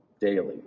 daily